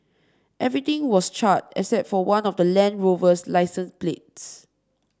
everything was charred except for one of the Land Rover's licence plates